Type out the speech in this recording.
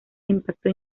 impacto